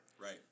Right